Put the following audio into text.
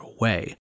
away